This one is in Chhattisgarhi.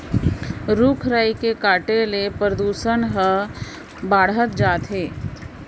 रूख राई के काटे ले परदूसन हर बाढ़त जात हे